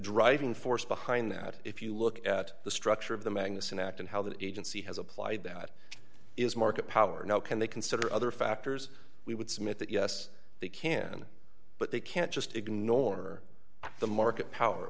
driving force behind that if you look d at the structure of the magnuson act and how the agency has applied that is market power now can they consider other factors we would submit that yes they can but they can't just ignore the market power